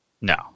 No